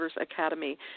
Academy